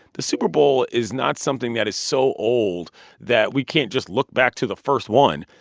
the super bowl is not something that is so old that we can't just look back to the first one.